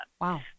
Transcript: Wow